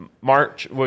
march